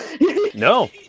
No